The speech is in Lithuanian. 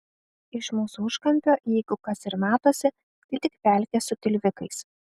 iš mūsų užkampio jeigu kas ir matosi tai tik pelkė su tilvikais